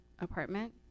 apartment